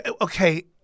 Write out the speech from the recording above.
Okay